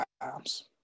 times